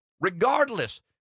regardless